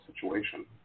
situation